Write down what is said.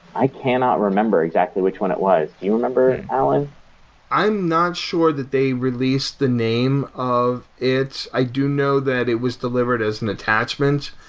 i cannot remember exactly which one it was. you remember, allen? i'm not sure that they released the name of it. i do know that it was delivered as an attachment.